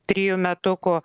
trijų metukų